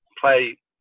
play